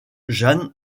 jeanne